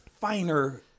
finer